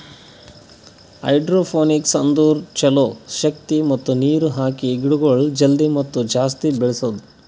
hydroponics ಅಂದುರ್ ಛಲೋ ಶಕ್ತಿ ಮತ್ತ ನೀರ್ ಹಾಕಿ ಗಿಡಗೊಳ್ ಜಲ್ದಿ ಮತ್ತ ಜಾಸ್ತಿ ಬೆಳೆಸದು